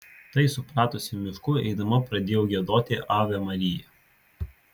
tai supratusi mišku eidama pradėjau giedoti ave maria